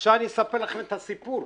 עכשיו אני אספר לכם את הסיפור,